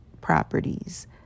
properties